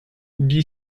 die